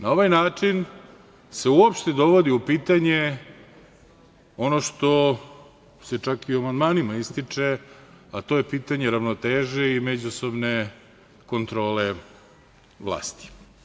Na ovaj način se uopšte dovodi u pitanje ono što se čak i u amandmanima ističe, a to je pitanje ravnoteže i međusobne kontrole vlasti.